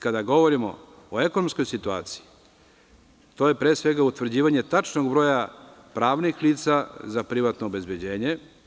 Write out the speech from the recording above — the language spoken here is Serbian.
Kada govorimo o ekonomskoj situaciji, to je pre svega utvrđivanje tačnog broja pravnih lica za privatno obezbeđenje.